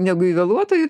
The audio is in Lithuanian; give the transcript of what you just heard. negu į vėluotojų